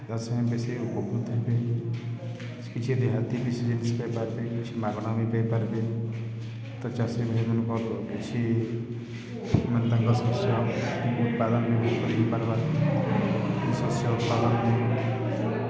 ଚାଷୀ ବେଶୀ ଉପକୃତ ହେବେ କିଛି ଦେହାତି କିଛି ଜିନିଷ ପାଇ ପାରିବେ କିଛି ମାଗଣା ବି ପାଇ ପାରିବେ ତ ଚାଷୀ ଭାଇମାନଙ୍କର କିଛି ମାନେ ତାଙ୍କ ଶସ୍ୟ ଉତ୍ପାଦନ କରି ପାରିବେ ଶସ୍ୟ ଉତ୍ପାଦନ